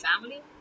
family